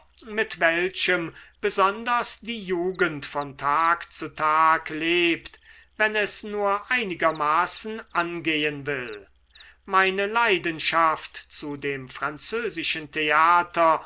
mit welchem besonders die jugend von tag zu tag lebt wenn es nur einigermaßen angehen will meine leidenschaft zu dem französischen theater